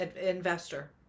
investor